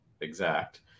exact